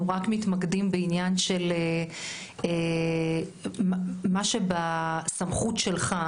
רק מתמקדים בעניין של מה שבסמכות שלך,